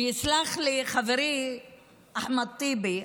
ויסלח לי חברי אחמד טיבי,